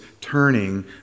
turning